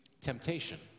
temptation